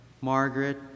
Margaret